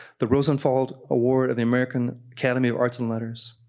the rosenthal award of the american academy of arts and letters,